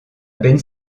ben